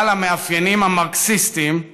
בעל המאפיינים המרקסיסטיים,